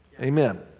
Amen